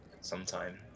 sometime